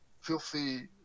filthy